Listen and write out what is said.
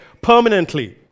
permanently